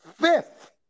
fifth